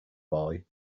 boy